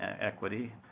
equity